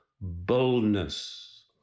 boldness